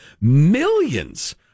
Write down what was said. millions